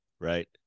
Right